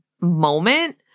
moment